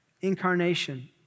incarnation